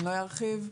לא ארחיב לגביה,